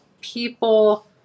people